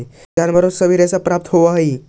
जनावारो से भी रेशा प्राप्त होवऽ हई